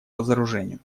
разоружению